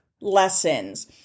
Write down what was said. lessons